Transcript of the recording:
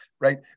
right